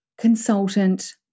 consultant